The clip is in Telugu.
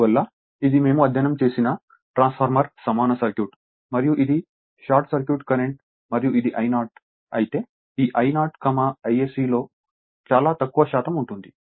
అందువల్ల ఇది మేము అధ్యయనం చేసిన ట్రాన్స్ఫార్మర్ సమాన సర్క్యూట్ మరియు ఇది షార్ట్ సర్క్యూట్ కరెంట్ మరియు ఇది I0 అయితే ఈ I0 Isc లో చాలా తక్కువ శాతం ఉంటుంది